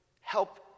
help